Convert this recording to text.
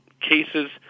cases